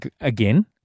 again